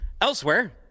Elsewhere